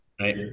Right